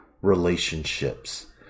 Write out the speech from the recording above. relationships